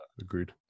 Agreed